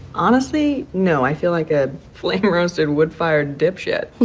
honestly know i feel like a flaming roasted wood fired dipshit.